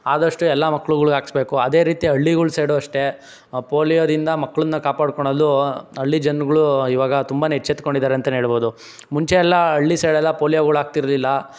ಆದಷ್ಟು ಎಲ್ಲ ಮಕ್ಲುಗಳ್ಗ್ ಹಾಕ್ಸ್ಬೇಕು ಅದೇ ರೀತಿ ಹಳ್ಳಿಗುಳ್ ಸೈಡು ಅಷ್ಟೇ ಆ ಪೋಲಿಯೋದಿಂದ ಮಕ್ಳನ್ನ ಕಾಪಾಡಿಕೊಳ್ಳಲೂ ಹಳ್ಳಿ ಜನಗಳೂ ಇವಾಗ ತುಂಬಾ ಎಚ್ಚೆತ್ತುಕೊಂಡಿದಾರೆ ಅಂತಲೇ ಹೇಳ್ಬೋದು ಮುಂಚೆ ಎಲ್ಲ ಹಳ್ಳಿ ಸೈಡೆಲ್ಲ ಪೋಲಿಯೋಗಳು ಹಾಕ್ತಿರ್ಲಿಲ್ಲ